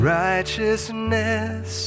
righteousness